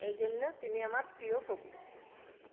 এই জন্যে তিনি আমার প্রিয় কবি